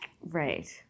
Right